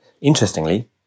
Interestingly